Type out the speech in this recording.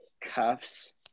cuffs